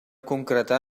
concretar